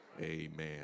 Amen